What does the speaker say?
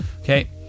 Okay